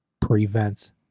prevents